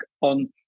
on